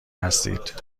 هستید